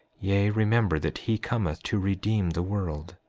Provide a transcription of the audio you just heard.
yea, remember that he cometh to redeem the world.